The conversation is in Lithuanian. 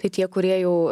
tai tie kurie jau